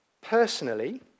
Personally